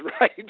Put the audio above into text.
right